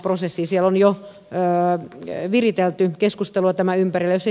siellä on jo viritelty keskustelua tämän ympärille